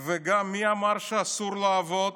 וגם, מי אמר שאסור לעבוד?